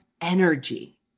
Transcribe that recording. energy